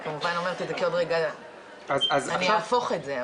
אני כמובן אומרת את זה כי עוד רגע אני אהפוך את זה.